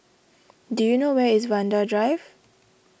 do you know where is Vanda Drive